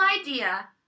idea